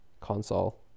console